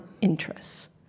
interests